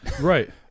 Right